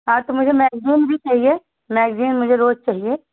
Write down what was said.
हाँ तो मुझे मैगजीन भी चाहिए मैगजीन मुझे रोज़ चाहिए